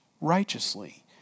righteously